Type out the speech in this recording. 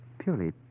Purely